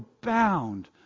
bound